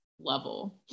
level